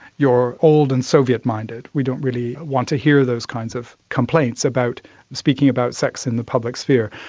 you're old and soviet-minded, we don't really want to hear those kinds of complaints about speaking about sex in the public sphere.